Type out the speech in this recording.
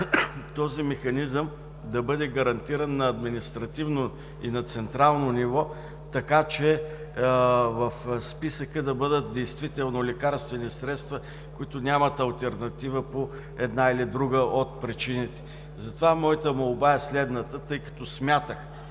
този механизъм да бъде гарантиран на административно и на централно ниво, така че в списъка да бъдат действително лекарствени средства, които нямат алтернатива по една или друга от причините. Затова моята молба е следната, тъй като смятах